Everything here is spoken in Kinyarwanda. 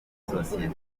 sosiyete